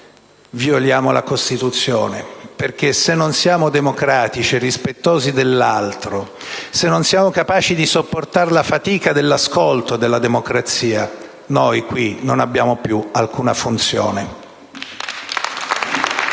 violiamo la Costituzione, perché se non siamo democratici e rispettosi dell'altro, se non siamo capaci di sopportare la fatica dell'ascolto della democrazia, noi qui non abbiamo più alcuna funzione.